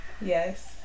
Yes